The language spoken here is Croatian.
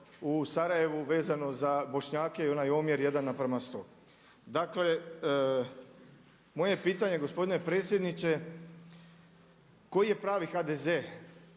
u Sarajevu vezano za Bošnjake i onaj omjer 1:100. Dakle, moje pitanje gospodine predsjedniče, koji je pravi HDZ?